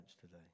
today